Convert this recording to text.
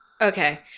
Okay